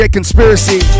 Conspiracy